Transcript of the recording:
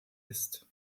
ist